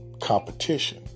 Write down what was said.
competition